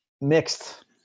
Mixed